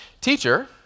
Teacher